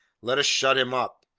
let us shut him up.